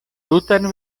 tutan